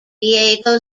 diego